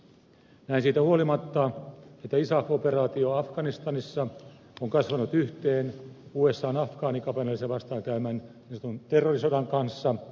näin siitä huolimatta että isaf operaatio afganistanissa on kasvanut yhteen usan afgaanikapinallisia vastaan käymän niin sanotun terrorisodan kanssa